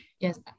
Yes